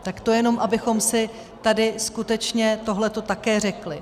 Tak to jenom abychom si tady skutečně tohleto také řekli.